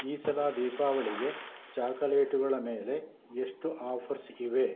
ಈ ಸಲ ದೀಪಾವಳಿಗೆ ಚಾಕಲೇಟುಗಳ ಮೇಲೆ ಎಷ್ಟು ಆಫರ್ಸ್ ಇವೆ